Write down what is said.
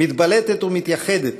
מתבלטת ומתייחדת